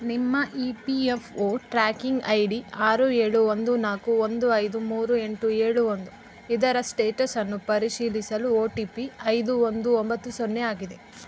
ನಿಮ್ಮ E P F O tracking I D ಆರು ಏಳು ಒಂದು ನಾಲ್ಕು ಒಂದು ಐದು ಮೂರು ಎಂಟು ಏಳು ಒಂದು ಇದರ ಸ್ಟೇಟಸನ್ನು ಪರಿಶೀಲಿಸಲು ಓ ಟಿ ಪಿ ಐದು ಒಂದು ಒಂಬತ್ತು ಸೊನ್ನೆ ಆಗಿದೆ